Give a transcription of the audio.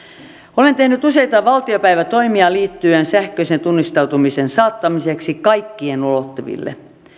olen tehnyt useita valtiopäivätoimia liittyen sähköisen tunnistautumisen saattamiseksi kaikkien ulottuville